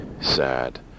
sad